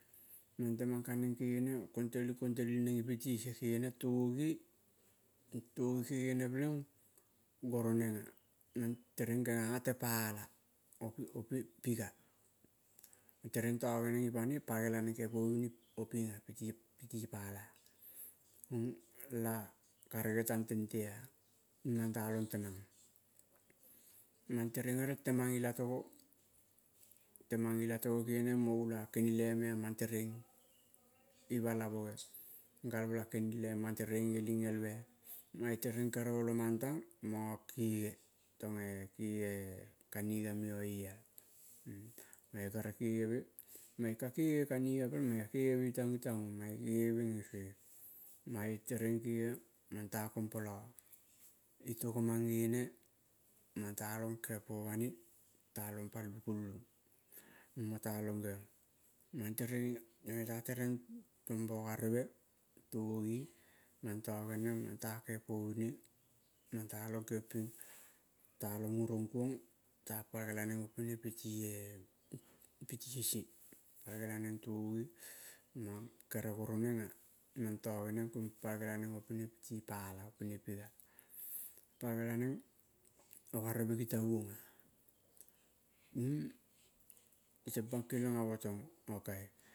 Kaneng kegene kong teli kong teli neng ipi ti sie gegene, togi kegene peleng guoro neng ah. Mang tereng kenga a tepala opiko pi gah tereng togeneng ipane pal gela neng kege povine oping piti pala-ah. La karege tang tente ah. Nang ta long tenang mang tereng gerel temang ilatogo, temang ilatogo kenege mo ulo a-keneliai ah mang tereng ah ivah la boge, gelvela kenelie mang tereng geling el ve mange tereng kere olomang tang mango kege tong eh kege kaniga meo-e iel mange ka gegeve ituaong ituaong mang kege me meng isue mange tereng gege mang ta kom polo itogo mange ne mang talong kege povane talong palikulung mo ta long seiong mang tereng, mange ta tereng tombo ogareve tosi mang togeneng mange ta kege povine mangeging ping talong urong kuong ta pal gelaneng opine pitre pitisie. Pal gelaneng togi mage, kere guoroneng ah mange togeneng pal sela neng opine piti pala opine piga, palgela neng ogareve gitavung ah iyo teng pang keliong amo tong, ok